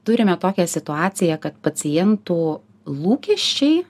turime tokią situaciją kad pacientų lūkesčiai